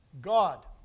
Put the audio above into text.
God